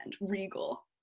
regal